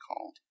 called